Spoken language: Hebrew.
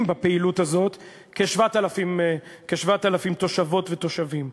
בפעילות הזאת כ-7,000 תושבות ותושבים.